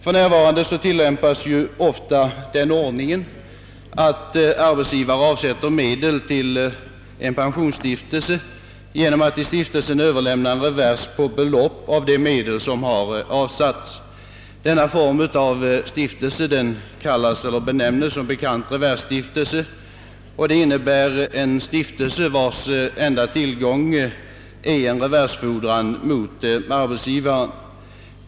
För närvarande tillämpas ofta den ordningen att arbetsgivaren avsätter medel till en pensionsstiftelse genom att till stiftelsen överlämna en revers på samma belopp som de avsatta medlen. Denna form av stiftelse benämns som bekant reversstiftelse. Det är en stiftelse vars enda tillgång är en reversfordran mot arbetsgivaren.